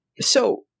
So-